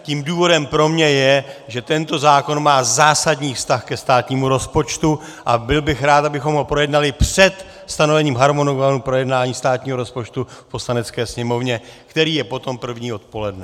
Tím důvodem pro mě je, že tento zákon má zásadní vztah ke státnímu rozpočtu, a byl bych rád, abychom ho projednali před stanovením harmonogramu projednání státního rozpočtu v Poslanecké sněmovně, který je potom první odpoledne.